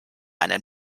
einen